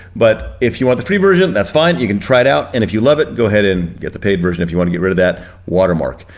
but if you want the free version, that's fine, you can try it out and if you love it, go ahead and get the paid version if you wanna get rid of that watermark.